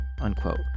unquote